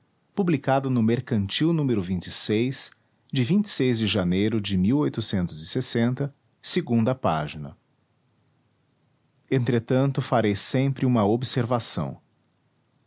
publicada no mercantil número de de janeiro de segunda página entretanto farei sempre uma observação